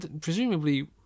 presumably